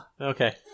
Okay